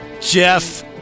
Jeff